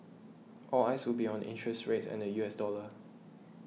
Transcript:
all eyes would be on interest rates and the U S dollar